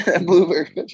Blueberry